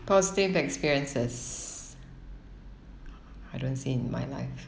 positive experiences I don't see in my life